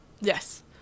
Yes